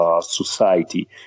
society